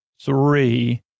three